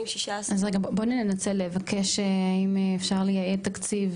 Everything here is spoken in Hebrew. אז בואי ננצל לבקש אם אפשר לייעד תקציב